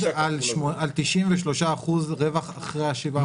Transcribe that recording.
על 93 אחוזים רווח אחרי השבעה אחוזים.